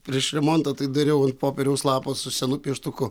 prieš remontą tai dariau ant popieriaus lapo su senu pieštuku